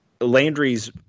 Landry's